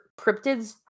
cryptids